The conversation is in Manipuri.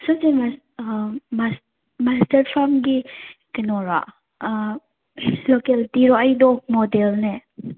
ꯁꯤ ꯃꯁꯇꯔꯠ ꯐꯥꯝꯒꯤ ꯀꯩꯅꯣꯔꯣ ꯂꯣꯀꯦꯜꯇꯤꯔꯣ ꯑꯩꯗꯣ ꯃꯣꯗꯦꯜꯅꯦ